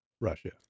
Russia